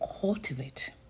cultivate